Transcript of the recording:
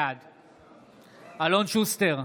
בעד אלון שוסטר,